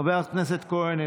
חבר הכנסת כהן,